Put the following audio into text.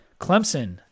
Clemson